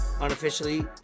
unofficially